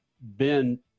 Ben